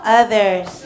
others